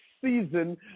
season